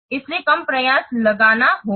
इसलिए कम प्रयास लगाना होगा